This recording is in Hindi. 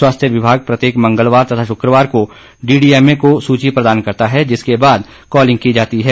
स्वास्थ्य विभाग प्रत्येक मंगलवार तथा शुक्रवार को डीडीएमए को सूची प्रदान करता है जिसके बाद कॉलिंग की जाती है